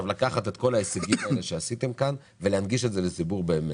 לקחת את כל ההישגים האלה שעשיתם ולהנגיש אותם לציבור כדי